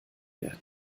werden